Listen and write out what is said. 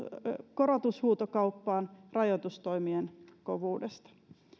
korotushuutokauppaan rajoitustoimien kovuudesta